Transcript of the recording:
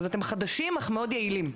אז אתם חדשים אך מאוד יעילים.